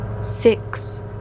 Six